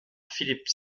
philips